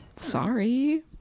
Sorry